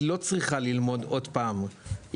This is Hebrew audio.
היא לא צריכה ללמוד עוד פעם.